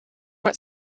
what